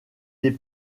des